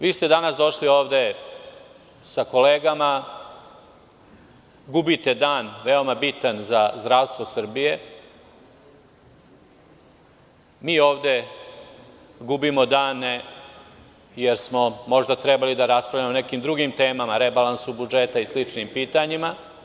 Vi ste danas došli ovde sa kolegama, gubite dan veoma bitan za zdravstvo Srbije, mi ovde gubimo dane jer smo možda trebali da raspravljamo o nekim drugim temama, rebalansu budžeta i sličnim pitanjima.